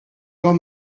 quand